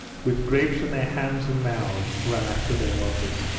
with grapes in their hands and mouths, ran after their mothers.